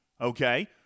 Okay